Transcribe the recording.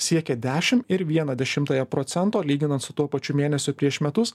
siekė dešim ir vieną dešimtąją procento lyginan su tuo pačiu mėnesiu prieš metus